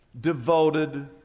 devoted